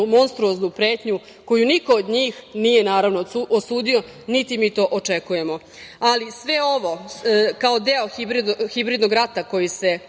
monstruoznu pretnju koju niko od njih nije, naravno, osudio, niti mi to očekujemo, ali sve ovo kao deo hibridnog rata koji se,